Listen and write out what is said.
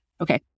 Okay